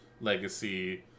Legacy